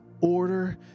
Order